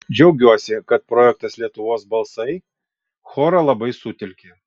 džiaugiuosi kad projektas lietuvos balsai chorą labai sutelkė